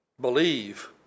believe